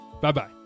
Bye-bye